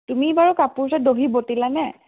তুমি বাৰু কাপোৰযোৰ দহি বটিলা নে